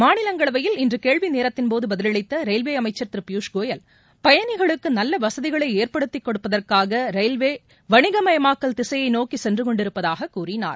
மாநிலங்களவையில் இன்றுகேள்விநேரத்தின்போதபதிலளித்தரயில்வேஅமைச்சர் திருபியூஷ்கோயல் பயணிகளுக்குநல்லவசதிகளைஏற்படுத்திக் கொடுப்பதற்காகரயில்வேவணிகமயமாக்கல் திசையைநோக்கிசென்றுகொண்டிருப்பதாககூறினார்